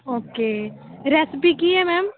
okay recipe ਕੀ ਹੈ ma'am